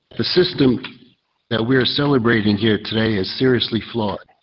the system that we are celebrating here today is seriously flawed,